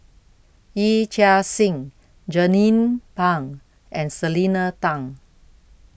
Yee Chia Hsing Jernnine Pang and Selena Tan